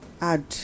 add